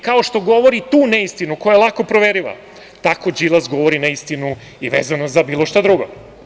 Kao što govori tu neistinu koja je lako proveriva, tako Đilas govori neistinu i vezano za bilo šta drugo.